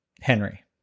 Henry